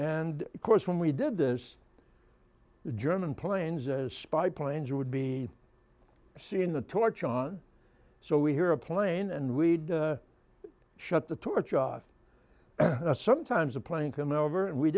and of course when we did this the german planes as spy planes would be seen in the torch on so we hear a plane and we shut the torch off sometimes a plane coming over and we